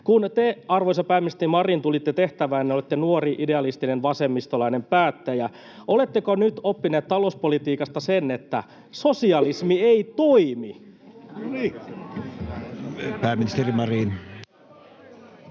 Kun te, arvoisa pääministeri Marin, tulitte tehtävään, olitte nuori ja idealistinen vasemmistolainen päättäjä. Oletteko nyt oppinut talouspolitiikasta sen, että sosialismi ei toimi? [Välihuutoja